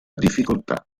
difficoltà